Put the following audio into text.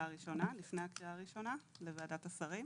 הקריאה הראשונה לוועדת השרים.